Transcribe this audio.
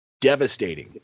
devastating